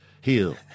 heal